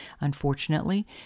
Unfortunately